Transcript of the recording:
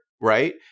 right